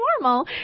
normal